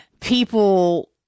people